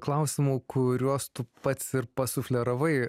klausimų kuriuos tu pats ir pasufleravai